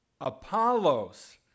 Apollos